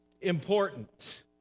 important